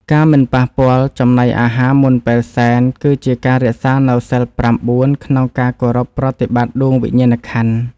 ការមិនប៉ះពាល់ចំណីអាហារមុនពេលសែន គឺជាការរក្សានូវសីលប្រាំបួនក្នុងការគោរពប្រតិបត្តិដួងវិញ្ញាណក្ខន្ធ។